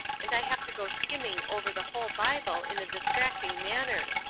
and i have to go skimming over the whole bible in a distracting manner.